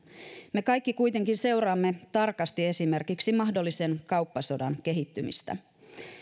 me kaikki kuitenkin seuraamme tarkasti esimerkiksi mahdollisen kauppasodan kehittymistä